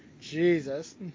Jesus